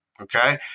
okay